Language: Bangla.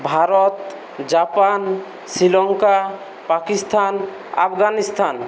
ভারত জাপান শ্রীলঙ্কা পাকিস্তান আফগানিস্তান